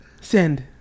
Send